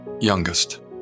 youngest